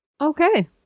Okay